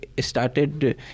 started